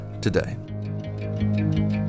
today